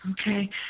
Okay